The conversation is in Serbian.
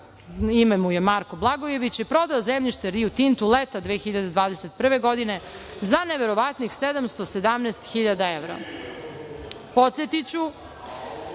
ime mu je Marko Blagojević, je prodao zemljište Riu Tintu leta 2021. godine za neverovatnih 717.000 evra. Podsetiću